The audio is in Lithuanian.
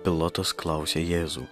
pilotas klausė jėzų